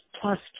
plus